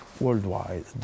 worldwide